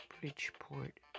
Bridgeport